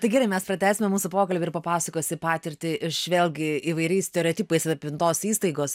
tai gerai mes pratęsime mūsų pokalbį ir papasakosi patirtį iš vėlgi įvairiais stereotipais apipintos įstaigos